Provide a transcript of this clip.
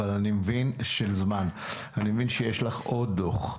אבל אני מבין שיש לך עוד דוח,